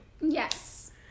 Yes